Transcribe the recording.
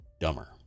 dumber